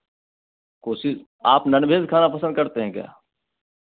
कोशिश आप non veg खाना पसंद करते हैं क्या